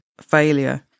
failure